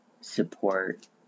support